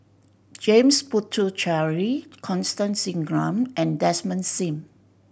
James Puthucheary Constance Singam and Desmond Sim